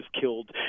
killed